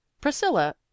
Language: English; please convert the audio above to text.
Priscilla